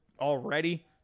already